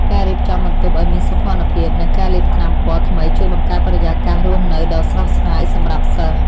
ការរៀបចំបន្ទប់ឱ្យមានសោភ័ណភាពនិងការលាបថ្នាំពណ៌ថ្មីជួយបង្កើតបរិយាកាសរស់នៅដ៏ស្រស់ស្រាយសម្រាប់សិស្ស។